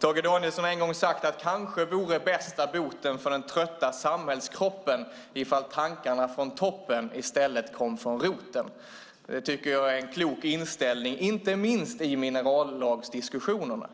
Tage Danielsson har en gång sagt: För den trötta samhällskroppen vore kanske bästa boten ifall tankarna från toppen kom från roten. Det tycker jag är en klok inställning inte minst i minerallagsdiskussionerna.